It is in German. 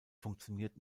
funktioniert